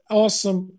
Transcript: awesome